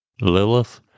Lilith